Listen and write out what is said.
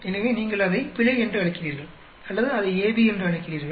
எனவே நீங்கள் அதை பிழை என்று அழைக்கிறீர்கள் அல்லது அதை AB என்று அழைக்கிறீர்கள்